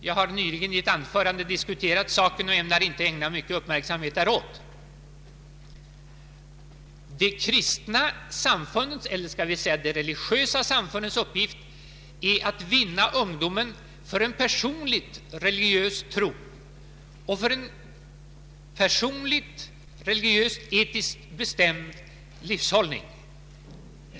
Jag har nyligen i ett anförande här i riksdagen diskuterat den saken och ämnar inte nu ägna mycken uppmärksamhet däråt. De religiösa samfundens uppgift är att vinna ungdomen för en personlig religiös tro och för en personlig religiös-etiskt bestämd livshållning.